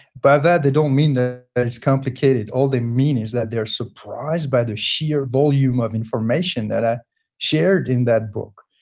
by that they don't mean that it's complicated. all they mean is that they're surprised by the sheer volume of information that i shared in that book.